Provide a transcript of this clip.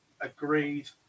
Agreed